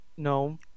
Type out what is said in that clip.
No